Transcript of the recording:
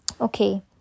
Okay